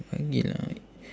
bagi lah